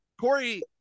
Corey